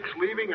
leaving